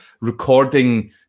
recording